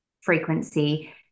frequency